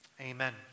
Amen